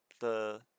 the-